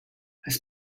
his